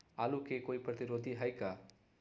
आलू के कोई प्रतिरोधी है का?